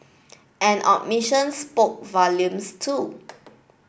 an omission spoke volumes too